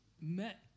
met